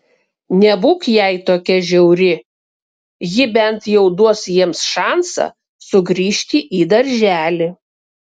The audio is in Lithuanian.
nebūk jai tokia žiauri ji bent jau duos jiems šansą sugrįžti į darželį